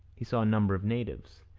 he saw a number of natives.